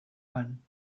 one